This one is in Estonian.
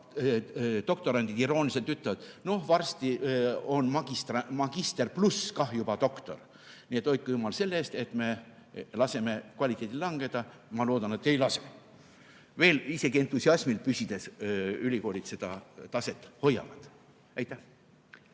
juba doktorandid irooniliselt ütlevad: "Noh, varsti on magister pluss kah juba doktor." Nii et hoidku jumal selle eest, et me laseme kvaliteedil langeda. Ma loodan, et ei lase. Veel ainult entusiasmil püsides ülikoolid seda taset hoiavad. Esimene